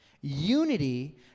Unity